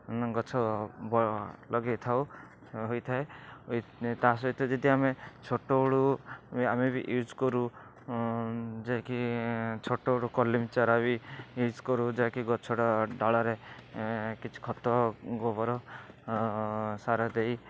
ଗଛ ବ ଲଗେଇଥାଉ ହୋଇଥାଏ ତା' ସହିତ ଯଦି ଆମେ ଛୋଟବେଳୁ ଆମେ ବି ୟୁଜ୍ କରୁ ଯେ କି ଛୋଟରୁ କଲମୀ ଚାରା କି ୟୁଜ୍ କରୁ ଯାହାକୁ ଗଛର ଡାଳରେ କିଛି ଖତ ଗୋବର ସାର ଦେଇ